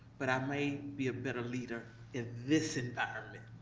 but i may be a better leader in this environment,